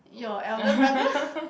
your elder brother